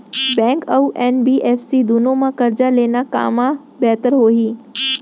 Bank अऊ NBFC दूनो मा करजा लेना कामा बेहतर होही?